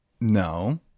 No